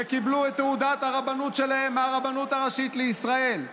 שקיבלו את תעודת הרבנות שלהם מהרבנות הראשית לישראל,